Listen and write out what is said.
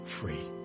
free